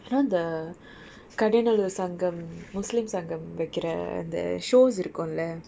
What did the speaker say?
you know the Kadainallur Sangam sangam muslim சங்கம் வைக்குற அந்த:sangam vaikkura antha shows இருக்கோம்லே:irukkom le